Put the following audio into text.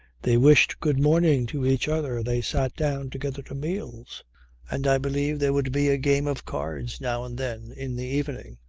they wished good morning to each other, they sat down together to meals and i believe there would be a game of cards now and then in the evening,